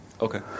Okay